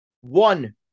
One